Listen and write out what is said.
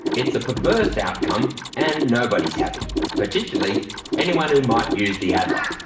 it's a perverse outcome and nobody's happy particularly anyone who might use the adler.